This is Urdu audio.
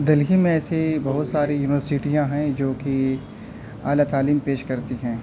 دہلی میں ایسی بہت ساری یونیورسٹیاں ہیں جو کہ اعلیٰ تعلیم پیش کرتی ہیں